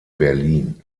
berlin